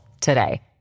today